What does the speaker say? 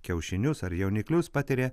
kiaušinius ar jauniklius patiria